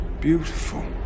beautiful